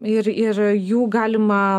ir ir jų galima